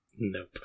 Nope